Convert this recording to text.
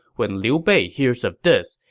when liu bei hears of this,